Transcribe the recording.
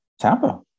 Tampa